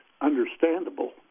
understandable